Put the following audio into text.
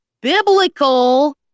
biblical